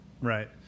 Right